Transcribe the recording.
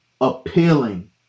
appealing